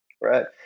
right